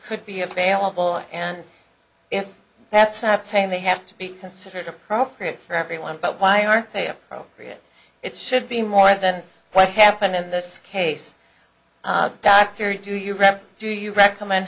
could be available and if that's not saying they have to be considered appropriate for everyone but why are they appropriate it should be more than what happened in this case bacteria do you read do you recommend